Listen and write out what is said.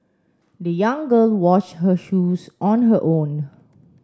the young girl wash her shoes on her own